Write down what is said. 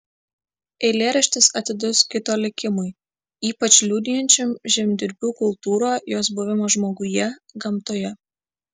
eilėraštis atidus kito likimui ypač liudijančiam žemdirbių kultūrą jos buvimą žmoguje gamtoje